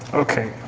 okay.